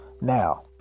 Now